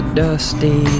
dusty